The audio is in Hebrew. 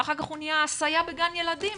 ואחר כך הוא נהיה סייע בגן ילדים.